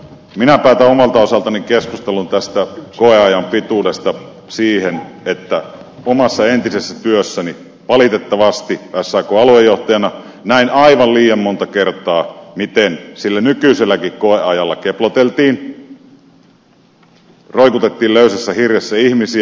minä päätän omalta osaltani keskustelun tästä koeajan pituudesta siihen että omassa entisessä työssäni sakn aluejohtajana valitettavasti näin aivan liian monta kertaa miten sillä nykyiselläkin koeajalla keploteltiin roikutettiin löysässä hirressä ihmisiä